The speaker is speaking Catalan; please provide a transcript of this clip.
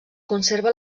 conserva